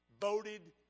voted